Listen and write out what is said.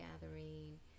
gathering